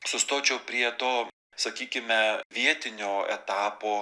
sustočiau prie to sakykime vietinio etapo